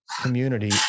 community